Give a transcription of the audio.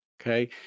Okay